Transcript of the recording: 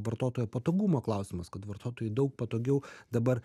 vartotojo patogumo klausimas kad vartotojui daug patogiau dabar